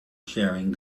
sharing